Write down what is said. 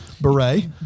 Beret